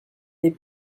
n’est